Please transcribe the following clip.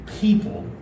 people